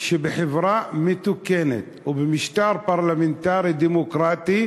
שבחברה מתוקנת ובמשטר פרלמנטרי דמוקרטי,